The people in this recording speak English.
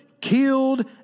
killed